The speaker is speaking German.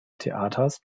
theaters